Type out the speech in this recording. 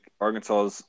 Arkansas